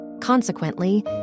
Consequently